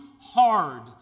hard